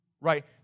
right